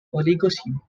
oligocene